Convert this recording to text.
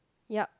yup